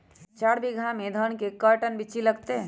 चार बीघा में धन के कर्टन बिच्ची लगतै?